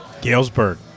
Galesburg